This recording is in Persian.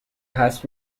حذف